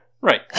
right